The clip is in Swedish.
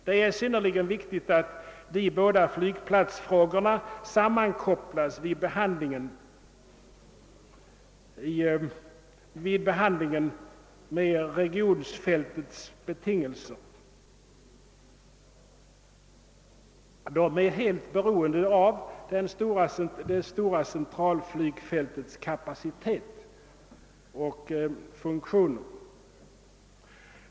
Det är synnerligen viktigt att de båda flygplatsfrågorna sammankopplas vid behandlingen. Regionflygfältets betingelser är helt beroende av det centrala flygfältets kapacitet och funktioner.